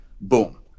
boom